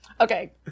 Okay